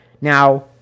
Now